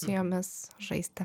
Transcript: su jomis žaisti